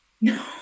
No